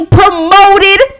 promoted